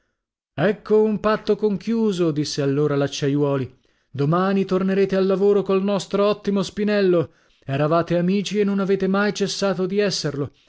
ecco un patto conchiuso disse allora l'acciaiuoli domani tornerete a lavoro col nostro ottimo spinello eravate amici e non avete mai cessato di esserlo